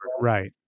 Right